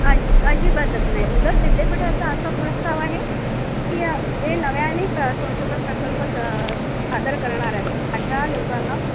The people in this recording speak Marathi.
अजी अजिबातच नाही उलट विद्यापीठाचा असा प्रस्ताव आहे की जे नव्याने प्र संशोधन प्रकल्प स सादर करणार आहेत अशा लोकांना